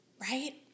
Right